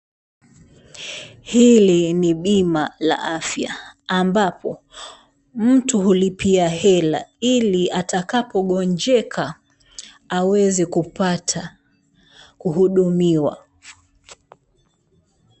Hili ni bima la afya ambapo mtu hulipia hela ili atakapo gonjeka aweze kupata kuhudumiwa.